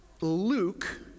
Luke